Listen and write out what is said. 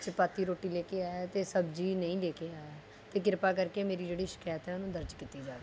ਚਪਾਤੀ ਰੋਟੀ ਲੈ ਕੇ ਆਇਆ ਅਤੇ ਸਬਜ਼ੀ ਨਹੀਂ ਲੈ ਕੇ ਆਇਆ ਅਤੇ ਕਿਰਪਾ ਕਰਕੇ ਮੇਰੀ ਜਿਹੜੀ ਸ਼ਿਕਾਇਤ ਹੈ ਉਹਨੂੰ ਦਰਜ ਕੀਤੀ ਜਾਵੇ